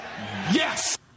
Yes